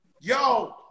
yo